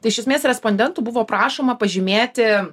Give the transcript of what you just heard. tai iš esmės respondentų buvo prašoma pažymėti